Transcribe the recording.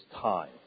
time